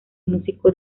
músico